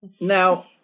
Now